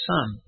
Son